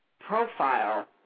profile